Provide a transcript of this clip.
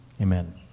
Amen